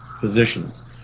physicians